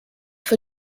für